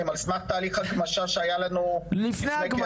על סמך תהליך הגמשה שהיה לנו לפני כעשור.